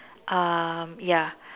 um ya